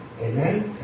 Amen